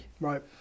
Right